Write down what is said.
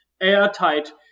airtight